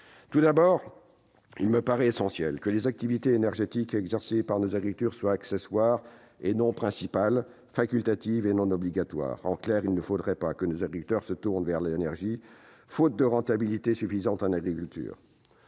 premier lieu, il me paraît essentiel que les activités énergétiques exercées par nos agriculteurs soient accessoires et non principales, facultatives et non obligatoires. En clair, il ne faudrait pas que nos agriculteurs se tournent vers l'énergie, faute de rentabilité suffisante en agriculture.